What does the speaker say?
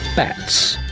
bats.